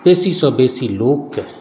बेसीसंँ बेसी लोककेँ